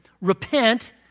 repent